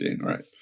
right